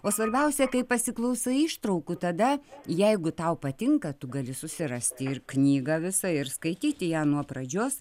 o svarbiausia kai pasiklausai ištraukų tada jeigu tau patinka tu gali susirasti ir knygą visą ir skaityti ją nuo pradžios